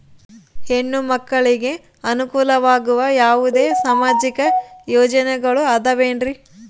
ಹೆಣ್ಣು ಮಕ್ಕಳಿಗೆ ಅನುಕೂಲವಾಗುವ ಯಾವುದೇ ಸಾಮಾಜಿಕ ಯೋಜನೆಗಳು ಅದವೇನ್ರಿ?